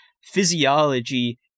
Physiology